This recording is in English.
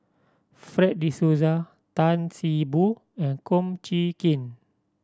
Fred De Souza Tan See Boo and Kum Chee Kin